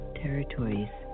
territories